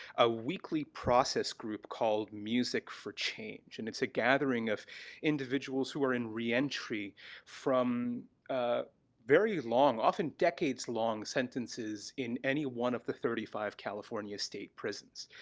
a weekly process group called music for change, and it's a gathering of individuals who are in re-entry from a very long, often decades, long sentences in any one of the thirty five california state prisons.